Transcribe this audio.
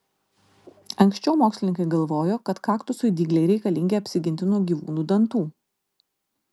anksčiau mokslininkai galvojo kad kaktusui dygliai reikalingi apsiginti nuo gyvūnų dantų